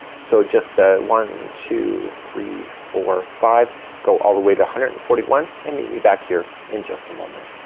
so just ah one, two, three, four, five go all the way to one hundred and forty one and meet me back here in just a moment.